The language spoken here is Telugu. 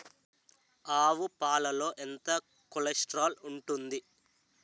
ఆవు పాలలో ఎంత కొలెస్ట్రాల్ ఉంటుంది?